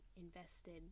invested